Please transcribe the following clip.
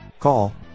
Call